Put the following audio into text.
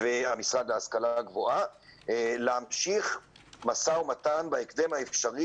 והמשרד להשכלה גבוהה להמשיך משא ומתן בהקדם האפשרי